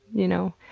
you know,